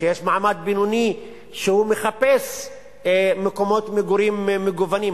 שיש מעמד בינוני שמחפש מקומות מגורים מגוונים.